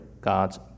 God's